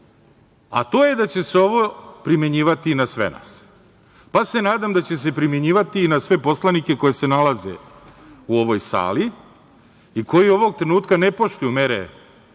a to je da će se ovo primenjivati na sve nas, pa se nadam da će se primenjivati i na sve poslanike koji se nalaze u ovoj sali i koji ovog trenutka ne poštuju mere koje